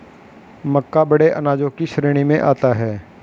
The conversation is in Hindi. मक्का बड़े अनाजों की श्रेणी में आता है